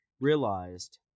realized